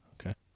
okay